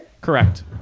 Correct